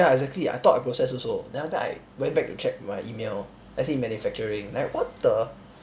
ya exactly I thought I process also then after that I went back to check my email then I see manufacturing then what the